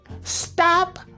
stop